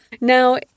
Now